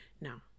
Now